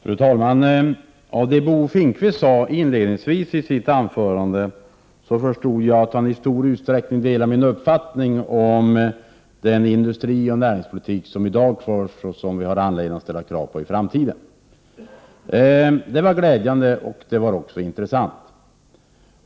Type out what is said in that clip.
Fru talman! Av det Bo Finnkvist sade i sitt inledningsanförande förstod jag att han i stor utsträckning delar min uppfattning om den industrioch näringspolitik som i dag förs och som vi har anledning att ställa krav på i framtiden. Det var glädjande att höra och också intressant.